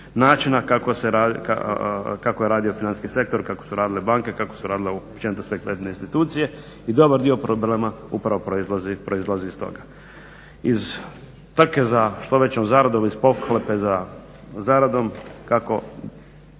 načina kako je radio financijski sektor, kako su radile banke, kako su radile općenito sve kreditne institucije i dobar dio problema upravo proizlazi iz toga. Iz trke za što većom zaradom, iz pohlepe za zaradom kako